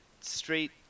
straight